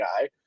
guy